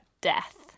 Death